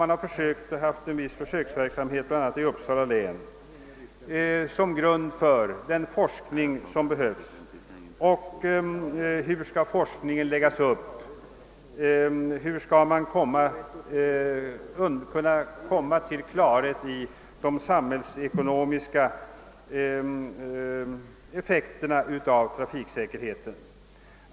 Sådan verksamhet har också på försök bedrivits bl.a. i Uppsala län som grund för den forskning som behövs på området. Vidare talas det i motionen om hur forskningen skall läggas upp och om hur man skall komma till klarhet rörande de samhällsekonomiska effekterna av trafiksäkerheten.